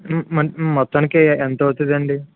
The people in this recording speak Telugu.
మొత్తానికి ఎంత అవుతుందండి